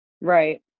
Right